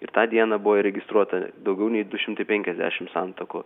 ir tą dieną buvo įregistruota daugiau nei du šimtai penkiasdešim santuokų